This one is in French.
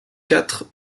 quatre